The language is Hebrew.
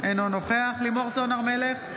אינו נוכח לימור סון הר מלך,